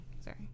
sorry